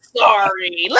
sorry